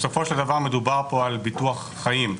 בסופו של דבר מדובר פה על ביטוח חיים,